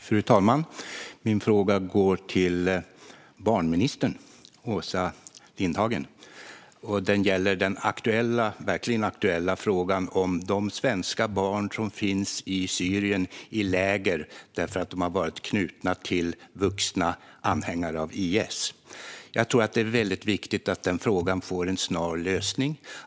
Fru talman! Min fråga går till barnminister Åsa Lindhagen. Det handlar om den verkligen aktuella frågan om de svenska barn som finns i läger i Syrien därför att de har varit knutna till vuxna anhängare av IS. Det är viktigt att frågan får en snar lösning.